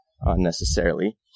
unnecessarily